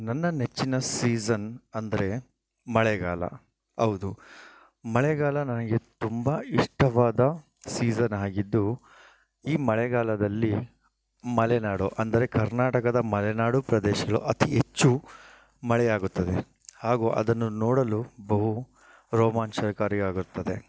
ನನ್ನ ನೆಚ್ಚಿನ ಸೀಝನ್ ಅಂದರೆ ಮಳೆಗಾಲ ಹೌದು ಮಳೆಗಾಲ ನನಗೆ ತುಂಬ ಇಷ್ಟವಾದ ಸೀಝನ್ ಆಗಿದ್ದು ಈ ಮಳೆಗಾಲದಲ್ಲಿ ಮಲೆನಾಡು ಅಂದರೆ ಕರ್ನಾಟಕದ ಮಲೆನಾಡು ಪ್ರದೇಶಗಳು ಅತಿ ಹೆಚ್ಚು ಮಳೆಯಾಗುತ್ತದೆ ಹಾಗು ಅದನ್ನು ನೋಡಲು ಬಹು ರೋಮಾಂಚನಕಾರಿಯಾಗಿರುತ್ತದೆ